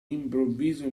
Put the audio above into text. improvviso